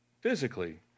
physically